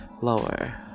lower